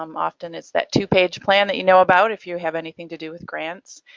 um often it's that two-page plan that you know about if you have anything to do with grants.